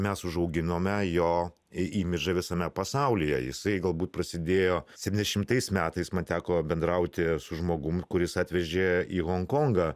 mes užauginome jo i imidžą visame pasaulyje jisai galbūt prasidėjo septyniasdešimtais metais man teko bendrauti su žmogum kuris atvežė į honkongą